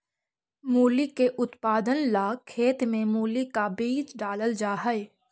मूली के उत्पादन ला खेत में मूली का बीज डालल जा हई